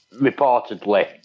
reportedly